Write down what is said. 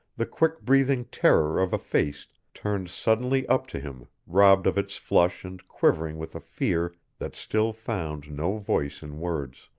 the quick-breathing terror of a face turned suddenly up to him robbed of its flush and quivering with a fear that still found no voice in words.